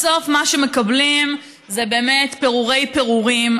בסוף מה שמקבלים זה באמת פירורי-פירורים.